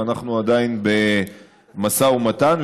ואנחנו עדיין במשא ומתן.